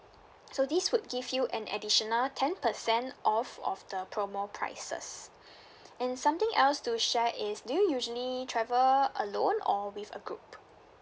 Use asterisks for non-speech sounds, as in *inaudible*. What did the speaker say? so this would give you an additional ten percent off of the promo prices *breath* and something else to share is do you usually travel alone or with a group